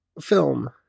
film